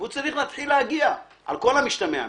והוא צריך להתחיל להגיע על כל המשתמע מכך,